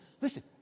listen